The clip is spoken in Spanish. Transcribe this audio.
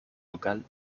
local